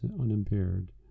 unimpaired